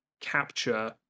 capture